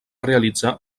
realitzar